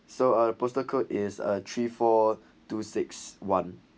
so our postal code is a three four two six one